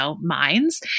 minds